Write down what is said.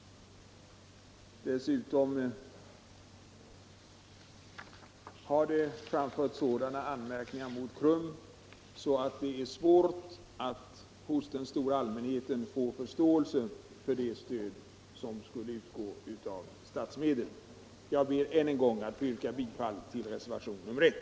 Dessutom har det framförts även andra anmärkningar mot KRUM av sådan art att det är svårt att hos den stora allmänheten få förståelse för att stöd skulle utgå av statsmedel. Jag ber att än en gång få yrka bifall till reservationen 1.